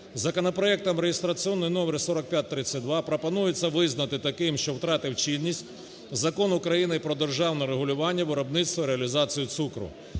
Законопроектом, реєстраційний номер 4532, пропонується визнати таким, що втратив чинність Закон України "Про державне регулювання виробництва, реалізації цукру".